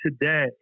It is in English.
today